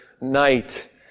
night